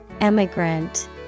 Emigrant